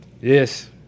Yes